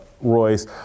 Royce